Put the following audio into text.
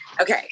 Okay